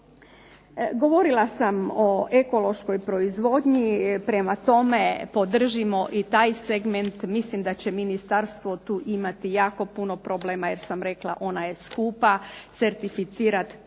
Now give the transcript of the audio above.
Govorila sam o ekološkoj proizvodnji, prema tome podržimo i taj segment. Mislim da će ministarstvo tu imati jako puno problema, jer sam rekla ona je skupa, certifikat će